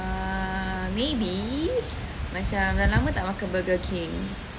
err maybe macam dah lama tak makan burger king